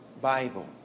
Bible